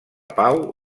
pau